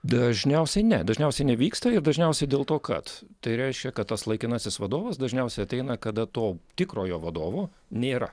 dažniausiai ne dažniausiai nevyksta ir dažniausiai dėl to kad tai reiškia kad tas laikinasis vadovas dažniausiai ateina kada to tikrojo vadovo nėra